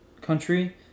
country